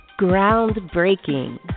Groundbreaking